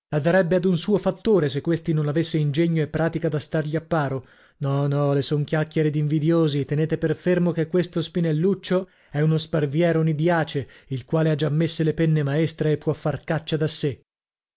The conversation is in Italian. la darebbe ad un suo fattore se questi non avesse ingegno e pratica da stargli a paro no no le son chiacchiere d'invidiosi tenete per fermo che questo spinelluccio è uno sparviero nidiace il quale ha già messe le penne maestre e può far caccia da sè